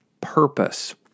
purpose